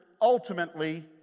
ultimately